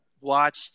watch